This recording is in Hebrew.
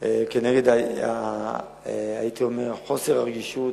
כנגד חוסר הרגישות